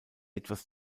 etwas